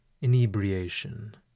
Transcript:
inebriation